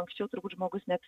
anksčiau turbūt žmogus net